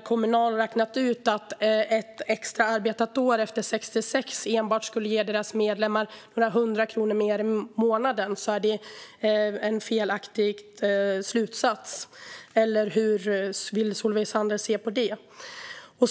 Kommunal har räknat ut att ett extra arbetat år efter 66 års ålder enbart skulle ge deras medlemmar några hundra kronor mer i månaden. Menar Solveig Zander att det är en felaktig slutsats, eller hur vill Solveig Zander se på det?